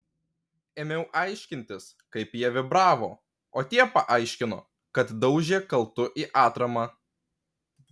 ėmiau aiškintis kaip jie vibravo o tie paaiškino kad daužė kaltu į atramą